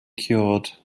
cured